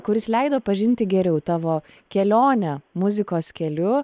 kuris leido pažinti geriau tavo kelionę muzikos keliu